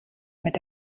mit